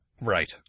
Right